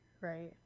right